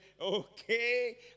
Okay